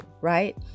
right